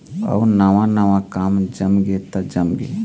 अउ नवा नवा काम जमगे त जमगे